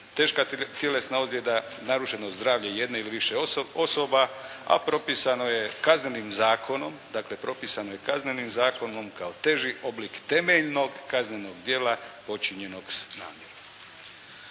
teška tjelesna ozljeda, narušeno zdravlje jedne ili više osoba a propisano je kaznenim zakonom dakle propisano je kaznenim zakonom kao teži oblik temeljnog kaznenog djela počinjenog s namjerom.